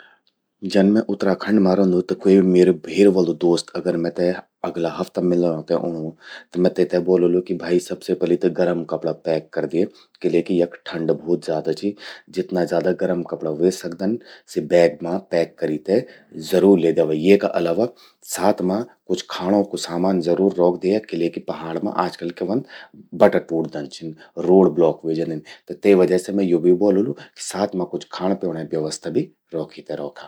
जन मैं उत्तराखंड मां रौंदू त क्वो म्येरु भेर वलु दोस्त अगर मेते अगला हफ्ता मिलणों ते ऊणूं। त मैं तेते ब्वोललु कि भई सबसे पलि त गरम कपड़ा पैक करि द्ये। किलेकि यख ठंड भोत ज्यादा चि। जितना ज्यादा गरम कपड़ा व्हे सकदन, सि बैग मां पैक करि ते जरूर ल्ये द्यावा। येका अलावा साथ मां कुछ खाणों कु सामान जरूर रौख द्यवा, किलेकि पहाड़ मां आजकल क्या व्हंद बटा टूटदन छिन। रोड ब्लॉक व्हे जंदिन। त ते वजह से मैं यो भी ब्वोलोलु साथ मां कुछ खाण प्योंणे व्यवस्था भि रौखि ते रौखा।